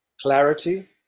clarity